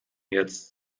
jetzt